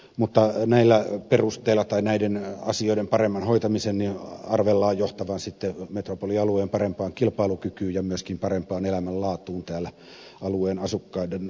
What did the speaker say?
mutta näiden asioiden paremman hoitamisen arvellaan johtavan metropolialueen parempaan kilpailukykyyn ja myöskin parempaan elämänlaatuun täällä alueen asukkaiden osalta